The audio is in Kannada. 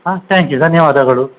ಹಾಂ ತ್ಯಾಂಕ್ ಯು ಧನ್ಯವಾದಗಳು